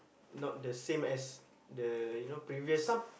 not the same as the you know previous